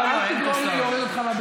אל תגרום לי להוריד אותך מהדוכן.